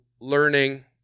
learning